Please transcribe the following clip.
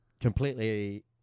completely